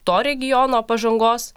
to regiono pažangos